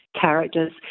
characters